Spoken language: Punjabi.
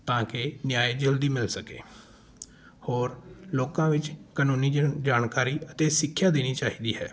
ਤਾਂ ਕਿ ਨਿਆਂਏ ਜਲਦੀ ਮਿਲ ਸਕੇ ਹੋਰ ਲੋਕਾਂ ਵਿੱਚ ਕਾਨੂੰਨੀ ਜਣ ਜਾਣਕਾਰੀ ਅਤੇ ਸਿੱਖਿਆ ਦੇਣੀ ਚਾਹੀਦੀ ਹੈ